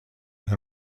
and